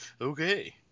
Okay